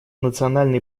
национальный